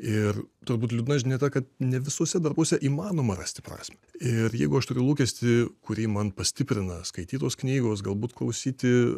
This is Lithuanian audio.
ir turbūt liūdna žinia ta kad ne visuose darbuose įmanoma rasti prasmę ir jeigu aš turiu lūkestį kurį man pastiprina skaitytos knygos galbūt klausyti